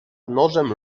nożem